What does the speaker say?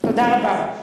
תודה רבה.